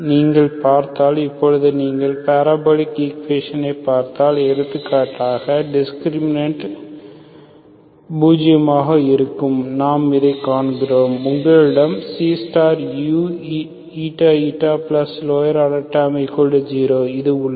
நீங்கள் பார்த்தால் இப்போது நீங்கள் பாரபோலிக் ஈக்குவேஷனைப் பார்த்தால் எடுத்துக்காட்டாக டிஸ்கிரிமினன்ட் பூஜ்ஜியமாக இருக்கும்போது நாம் இதை காண்கிறோம் உங்களிடம் Cuηηlower order terms0 இது உள்ளது